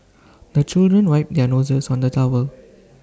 the children wipe their noses on the towel